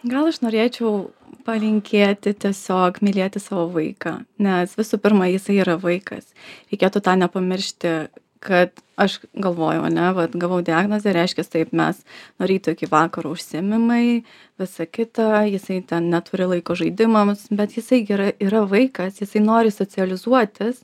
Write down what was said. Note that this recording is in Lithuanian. gal aš norėčiau palinkėti tiesiog mylėti savo vaiką nes visų pirma jisai yra vaikas reikėtų tą nepamiršti kad aš galvojau ane vat gavau diagnozę reiškias taip mes nuo ryto iki vakaro užsiėmimai visa kita jisai ten neturi laiko žaidimams bet jisai gi yra yra vaikas jisai nori socializuotis